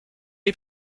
est